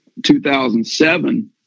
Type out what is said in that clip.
2007